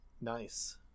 Nice